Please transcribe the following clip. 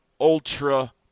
ultra